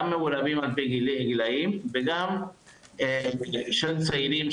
גם מחולקים על פי גילאים וגם של צעירים,